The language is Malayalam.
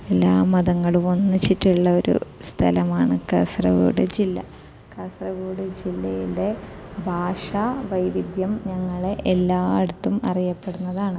എല്ലാ മതങ്ങളും ഒന്നിച്ചിട്ടുള്ള ഒരു സ്ഥലമാണ് കാസർഗോഡ് ജില്ല കാസർഗോഡ് ജില്ലയിലെ ഭാഷാവൈവിധ്യം ഞങ്ങളെ എല്ലാടയിത്തും അറിയപ്പെടുന്നതാണ്